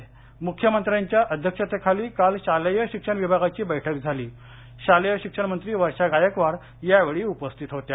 म्ख्यमंत्र्यांच्या अध्यक्षतेखाली काल शालेय शिक्षण विभागाची बैठक झाली शालेय शिक्षणमंत्री वर्षा गायकवाड यावेळी उपस्थित होत्या